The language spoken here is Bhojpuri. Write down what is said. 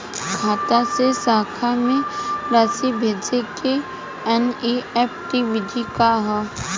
खाता से खाता में राशि भेजे के एन.ई.एफ.टी विधि का ह?